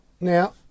Now